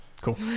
cool